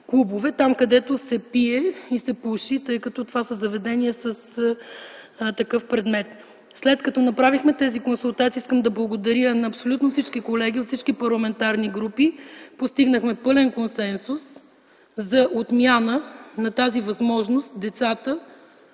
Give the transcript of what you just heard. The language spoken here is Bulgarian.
там, където се пие и се пуши, тъй като това са заведения с такъв предмет. След като направихме тези консултации, искам да благодаря на абсолютно всички колеги, от всички парламентарни групи. Постигнахме пълен консенсус за отмяна на тази възможност - лицата,